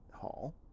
Hall